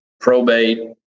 probate